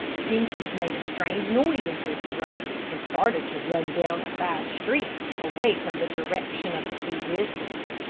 jenkins made a strange noise in his throat, and started to run down a side street, away from the direction of the two whistles.